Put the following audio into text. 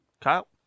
Kyle